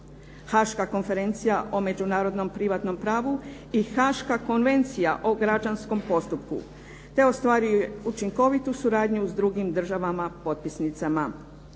Haška konferencija o međunarodnom privatnom pravu i Haška konvencija o građanskom postupku, te ostvaruje učinkovitu suradnju sa drugim državama potpisnicama.